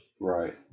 Right